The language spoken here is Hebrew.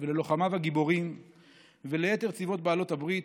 וללוחמיו הגיבורים וליתר צבאות בעלות הברית,